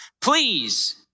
please